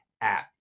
app